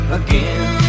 again